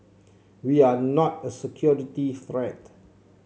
we are not a security threat